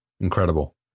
Incredible